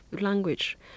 language